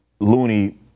loony